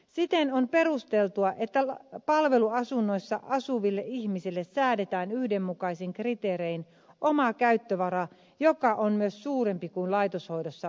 siten on perusteltua että palveluasunnoissa asuville ihmisille säädetään yhdenmukaisin kriteerein oma käyttövara joka on myös suurempi kuin laitoshoidossa olevilla